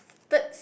third